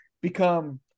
become